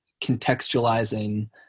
contextualizing